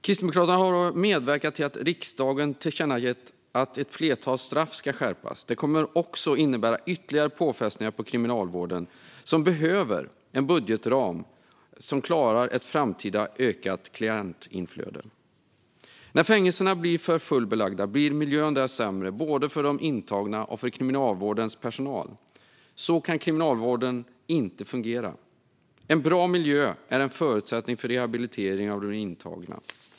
Kristdemokraterna har medverkat till att riksdagen tillkännagett att ett flertal straff ska skärpas. Detta kommer att innebära ytterligare påfrestningar på kriminalvården, som behöver en budgetram som klarar ett framtida ökat klientinflöde. När fängelserna blir för fullbelagda blir miljön där sämre, både för de intagna och för kriminalvårdens personal. Så kan kriminalvården inte fungera. En bra miljö är en förutsättning för rehabilitering av de intagna.